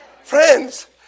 Friends